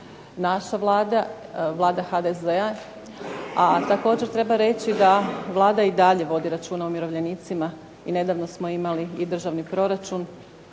naša Vlada, Vlada HDZ-a. A također treba reći da Vlada i dalje vodi računa o umirovljenicima. I nedavno smo imali državni proračun,